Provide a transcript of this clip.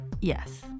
Yes